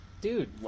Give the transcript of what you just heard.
Dude